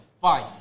Five